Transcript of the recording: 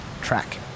track